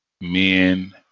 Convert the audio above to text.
men